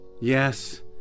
Yes